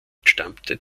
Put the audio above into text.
entstammte